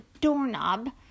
doorknob